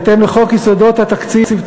בהתאם לחוק יסודות התקציב,